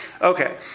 Okay